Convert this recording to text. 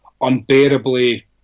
unbearably